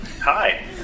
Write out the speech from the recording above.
hi